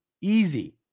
easy